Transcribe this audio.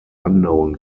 unknown